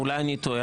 אולי אני טועה,